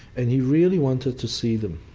and he really wanted to see them.